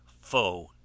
foe